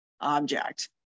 object